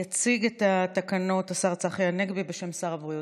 יציג את התקנות השר צחי הנגבי בשם שר הבריאות.